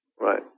Right